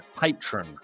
patron